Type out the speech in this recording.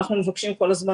אגב, אנחנו מבקשים כל הזמן.